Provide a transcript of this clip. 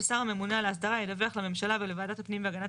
השר הממונה על ההסדרה ידווח לממשלה ולוועדת הפנים והגנת